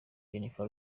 jennifer